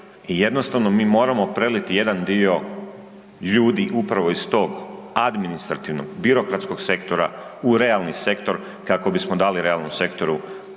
jednostavno mi moramo preliti jedan dio ljudi upravo iz tog administrativnog, birokratskog sektora u realni sektor kako bismo dali realnom sektoru